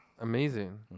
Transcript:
Amazing